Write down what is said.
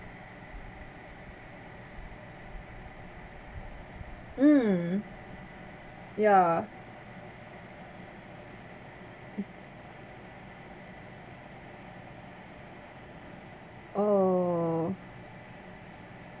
mm ya is oh